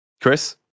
Chris